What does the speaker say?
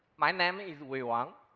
my name is wei wang.